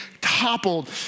toppled